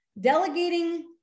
Delegating